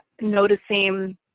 noticing